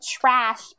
trash